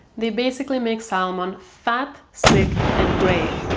they basically make salmon fat, sick and grey.